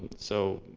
so,